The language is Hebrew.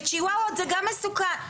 וצ'יוואוות זה גם מסוכן.